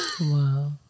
Wow